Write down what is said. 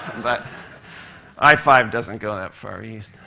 but i five doesn't go that far east.